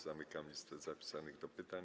Zamykam listę zapisanych do pytań.